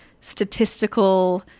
statistical